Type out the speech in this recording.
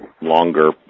longer